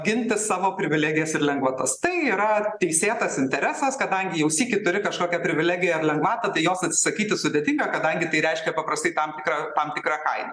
ginti savo privilegijas ir lengvatas tai yra teisėtas interesas kadangi jau sykį turi kažkokią privilegija ar lengvatą tai jos atsakyti sudėtinga kadangi tai reiškia paprastai tam tikrą tam tikrą kainą